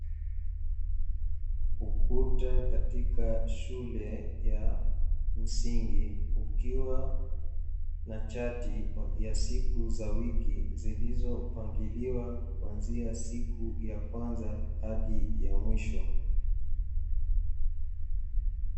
Ukuta Katika shule ya msingi ukiwa na chati ya siku za wiki, zilizopangiliwa kuanzia siku ya kwanza hadi ya mwisho.